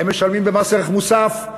הם משלמים במס ערך מוסף,